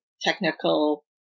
technical